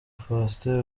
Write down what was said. faustin